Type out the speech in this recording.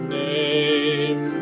name